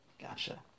Gotcha